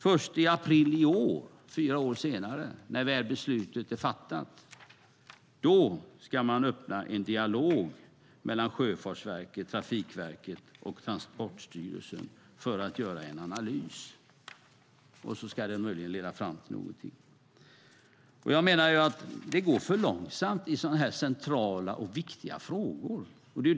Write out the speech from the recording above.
Först i april i år, fyra år senare när beslutet väl är fattat, ska man öppna en dialog mellan Sjöfartsverket, Trafikverket och Transportstyrelsen för att göra en analys, vilket sedan möjligen ska leda fram till någonting. Jag menar att det går för långsamt i sådana centrala och viktiga frågor.